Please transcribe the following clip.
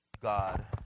God